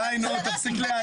די, נו, תפסיק לאיים.